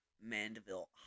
Mandeville